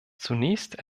zunächst